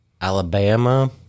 Alabama